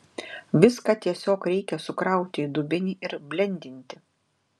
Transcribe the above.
viską tiesiog reikia sukrauti į dubenį ir blendinti